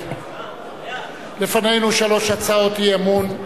לפנינו שלוש הצעות אי-אמון.